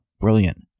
Brilliant